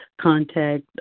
contact